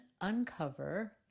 uncover